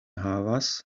havas